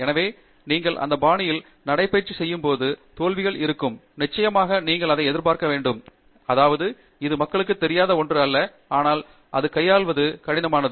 எனவே நீங்கள் அந்த பாணியில் நடைபயிற்சி போது தோல்வி இருக்கும் நிச்சயமாக நீங்கள் அதை எதிர்பார்க்க வேண்டும் அதாவது இது மக்களுக்கு தெரியாத ஒன்று அல்ல ஆனால் அது கையாள்வதில் கடினமானது